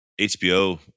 HBO